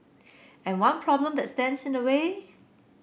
and one problem that stands in the way